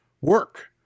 work